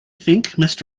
think